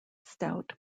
stout